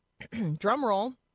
drumroll